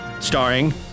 Starring